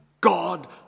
God